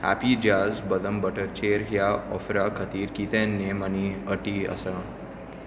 happy jars बदाम बटरचेर ह्या ऑफरा खातीर कितें नेम आनी अटी आसात